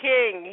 King